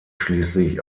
schließlich